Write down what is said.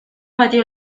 batió